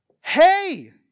Hey